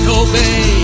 obey